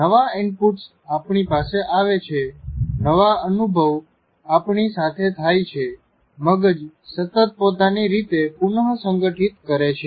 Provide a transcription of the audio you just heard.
નવા ઇનપુટ્સ આપણી પાસે આવે છે નવા અનુભવ આપણી સાથે થાય છે મગજ સતત પોતાની રીતે પુનઃ સંગઠીત કરે છે